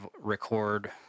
record